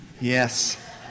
Yes